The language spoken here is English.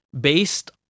based